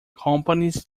companies